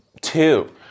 two